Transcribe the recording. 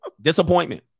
Disappointment